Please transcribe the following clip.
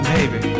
Baby